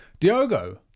Diogo